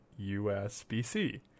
USB-C